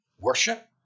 worship